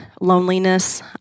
loneliness